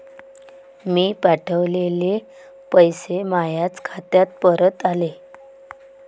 मीन पावठवलेले पैसे मायाच खात्यात परत आले